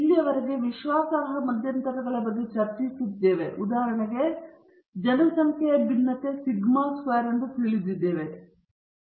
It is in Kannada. ಇಲ್ಲಿಯವರೆಗೆ ವಿಶ್ವಾಸಾರ್ಹ ಮಧ್ಯಂತರಗಳ ಬಗ್ಗೆ ಚರ್ಚಿಸುವಾಗ ಉದಾಹರಣೆಗೆ ಮಾದರಿ ಮಾದರಿಯಲ್ಲ ಜನಸಂಖ್ಯೆಯ ಭಿನ್ನತೆ ಸಿಗ್ಮಾ ವರ್ಗವು ತಿಳಿದಿದೆ ಎಂದು ನಾವು ಊಹಿಸಿದ್ದೇವೆ